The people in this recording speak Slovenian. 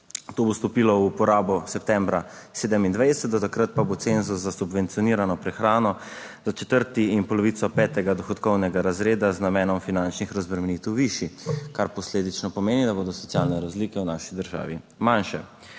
To bo stopilo v uporabo septembra 2027, do takrat pa bo cenzus za subvencionirano prehrano za četrti in polovico petega dohodkovnega razreda z namenom finančnih razbremenitev višji, kar posledično pomeni, da bodo socialne razlike v naši državi manjše.